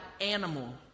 animal